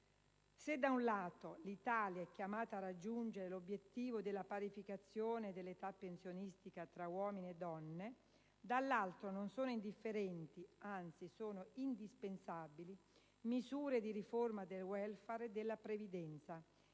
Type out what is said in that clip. Se da un lato l'Italia è chiamata a raggiungere l'obiettivo della parificazione dell'età pensionistica tra uomini e donne, dall'altro non sono indifferenti, anzi sono indispensabili, misure di riforma del *welfare* e della previdenza